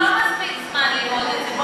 מספיק זמן ללמוד את זה?